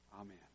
Amen